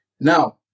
Now